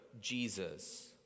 Jesus